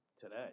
today